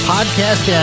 Podcast